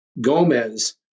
Gomez